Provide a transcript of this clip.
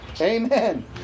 Amen